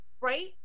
right